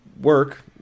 work